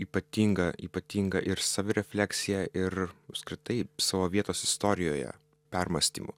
ypatinga ypatinga ir savirefleksija ir apskritai savo vietos istorijoje permąstymu